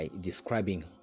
describing